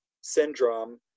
syndrome